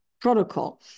protocol